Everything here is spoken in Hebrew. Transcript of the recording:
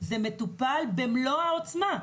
זה מטופל במלוא העוצמה.